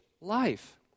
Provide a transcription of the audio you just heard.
life